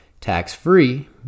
tax-free